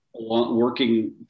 working